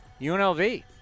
UNLV